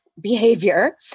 behavior